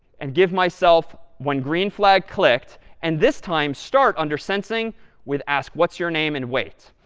and give myself when green flag clicked, and this time start under sensing with ask what's your name and wait.